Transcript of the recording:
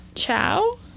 Ciao